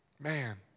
Man